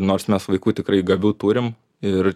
nors mes vaikų tikrai gabių turim ir